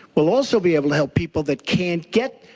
we'll also be able to help people that can't get,